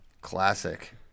Classic